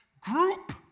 group